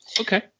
Okay